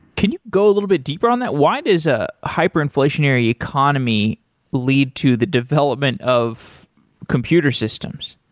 can go a little bit deeper on that? why does a hyperinflation area economy lead to the development of computer systems?